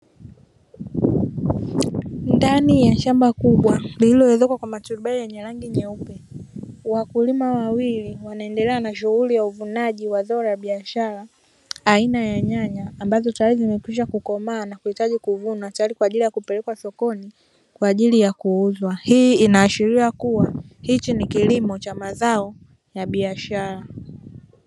Ndani ya shamba kubwa lililoezekwa kwa maturubai yenye rangi nyeupe, wakulima wawili wanaendelea na shughuli ya uvunaji wa zao la biashara aina ya nyanya ambazo tayari zimekwisha kukomaa na kuhitaji kuvunwa, tayari kwa ajili ya kupelekwa sokoni kwa ajili ya kuuzwa. Hii inaashiria kuwa hiki ni kilimo cha mazao ya biashara.